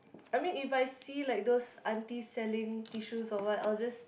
I mean if I see like those aunty selling tissues or what I'll just